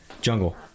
Jungle